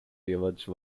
village